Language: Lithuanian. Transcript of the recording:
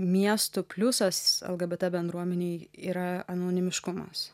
miestų pliusas lgbt bendruomenei yra anonimiškumas